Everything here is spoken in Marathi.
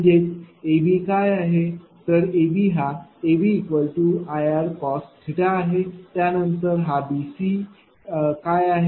म्हणजे AB काय आहे तर AB हा AB Ir cos आहे त्यानंतर हा BC काय आहे